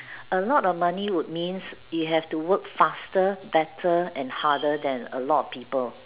a lot of money would means you have to work faster better and harder than a lot of people